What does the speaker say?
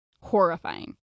Horrifying